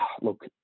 look